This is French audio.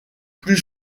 plus